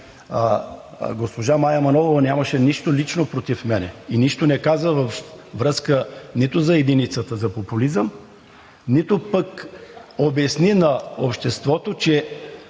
Госпожа Мая Манолова нямаше нищо лично против мен и нищо не каза във връзка нито за единицата за популизъм, нито пък обясни на обществото, че